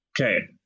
Okay